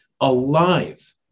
alive